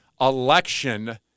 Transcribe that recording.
election